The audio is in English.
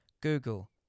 Google